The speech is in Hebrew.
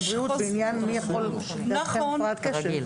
הבריאות בעניין מי יכול לאבחן הפרעת קשב.